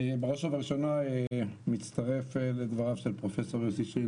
אני בראש וראשונה מצטרף לדבריו של פרופ' שיין,